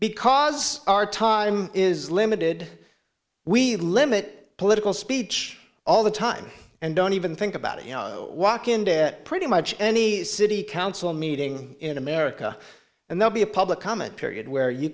because our time is limited we limit political speech all the time and don't even think about it you know walk into pretty much any city council meeting in america and they'll be a public